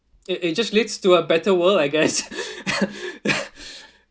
it it just leads to a better world I guess